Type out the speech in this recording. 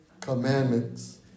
commandments